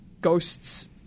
ghosts